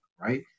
right